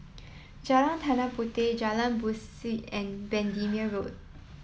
Jalan Tanah Puteh Jalan Besut and Bendemeer Road